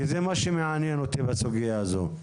כי זה מה שמעניין אותי בסוגיה הזו.